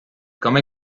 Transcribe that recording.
komme